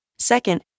Second